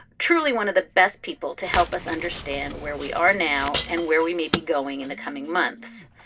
truly one of the best people to help us understand where we are now and where we may be going in the coming months.